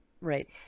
Right